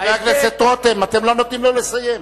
חבר הכנסת רותם, אתם לא נותנים לו לסיים.